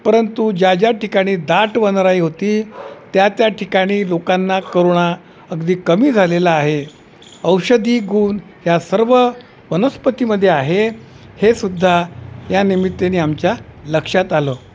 परंतु ज्या ज्या ठिकाणी दाट वनराई होती त्या त्या ठिकाणी लोकांना करोणा अगदी कमी झालेला आहे औषधी गुण ह्या सर्व वनस्पतीमध्ये आहे हे सुद्धा या निमित्ताने आमच्या लक्षात आलं